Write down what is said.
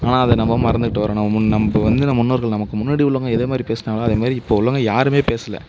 ஆனால் அதை நம்ம மறந்துவிட்டு வர்றோம் நம்ம முன் நம்ம வந்து நம்ம முன்னோர்கள் நமக்கு முன்னாடி உள்ளவங்கள் எதேமாதிரி பேசுனாங்களோ அதேமாதிரி இப்போ உள்ளவங்கள் யாருமே பேசலை